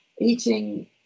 eating